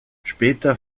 später